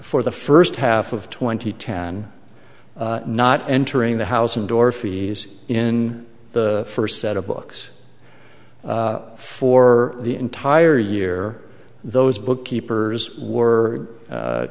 for the first half of twenty ten not entering the house and door fees in the first set of books for the entire year those book keepers were